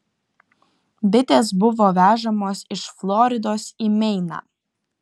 bitės buvo vežamos iš floridos į meiną